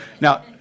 Now